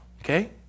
okay